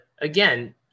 again